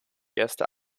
erste